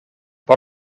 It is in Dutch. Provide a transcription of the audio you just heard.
wat